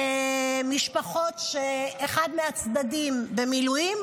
במשפחות שבהן אחד מהצדדים במילואים,